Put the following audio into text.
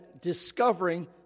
discovering